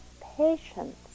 patience